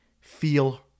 feel